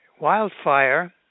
Wildfire